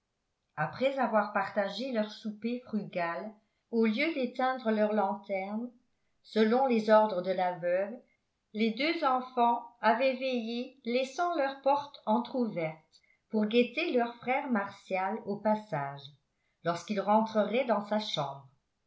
après avoir partagé leur souper frugal au lieu d'éteindre leur lanterne selon les ordres de la veuve les deux enfants avaient veillé laissant leur porte entr'ouverte pour guetter leur frère martial au passage lorsqu'il rentrerait dans sa chambre